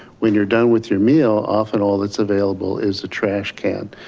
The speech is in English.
when you're done with your meal, often all that's available is a trash can.